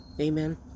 Amen